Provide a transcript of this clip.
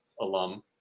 alum